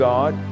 God